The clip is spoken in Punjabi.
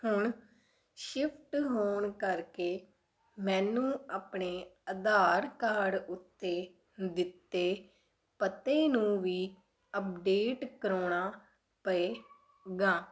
ਹੁਣ ਸ਼ਿਫਟ ਹੋਣ ਕਰਕੇ ਮੈਨੂੰ ਆਪਣੇ ਆਧਾਰ ਕਾਰਡ ਉੱਤੇ ਦਿੱਤੇ ਪਤੇ ਨੂੰ ਵੀ ਅਪਡੇਟ ਕਰਾਉਣਾ ਪਏਗਾ